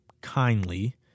kindly